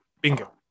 bingo